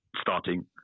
starting